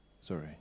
Sorry